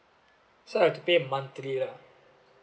so I have to pay monthly lah